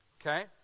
Okay